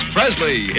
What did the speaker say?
Presley